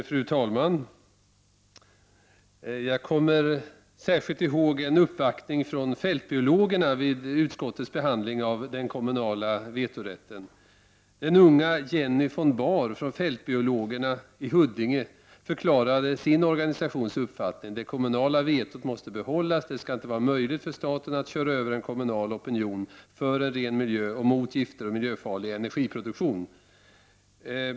Fru talman! Jag kommer särskilt ihåg en uppvaktning från Fältbiologerna vid utskottets behandling av förslaget om den kommunala vetorätten. Den unga Jenny von Bahr från Fältbiologerna i Huddinge förklarade sin organisations uppfattning: Det kommunala vetot måste behållas. Det skall inte vara möjligt för staten att köra över en kommunal opinion för en ren miljö och mot gifter och miljöfarlig energiproduktion.